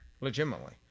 legitimately